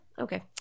okay